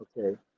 Okay